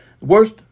Worst